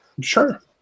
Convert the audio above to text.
Sure